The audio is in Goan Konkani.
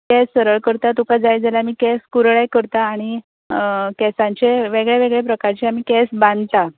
केंस सरळ करता तुका जाय जाल्यार आमी केंस कुरळेय करतात आनी केंसांचें वेगळे वेगळे प्रकारचे आमी केंस बांदतात